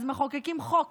אז מחוקקים חוק